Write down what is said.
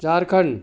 Jharkhand